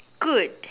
good